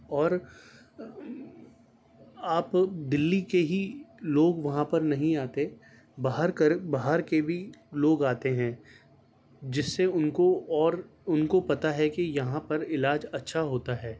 اور آپ دلی کے ہی لوگ وہاں پر نہیں آتے باہر کر باہر کے بھی لوگ آتے ہیں جس سے ان کو اور ان کو پتہ ہے کہ یہاں پر علاج اچھا ہوتا ہے